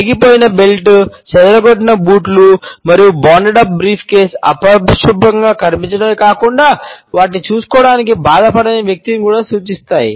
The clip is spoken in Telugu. అరిగిపోయిన బెల్ట్ అపరిశుభ్రంగా కనిపించడమే కాకుండా వాటిని చూసుకోవటానికి బాధపడని వ్యక్తిత్వాన్ని కూడా సూచిస్తాయి